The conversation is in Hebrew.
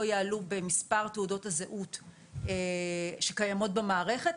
יעלו במספר תעודות הזהות שקיימות במערכת,